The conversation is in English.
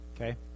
Okay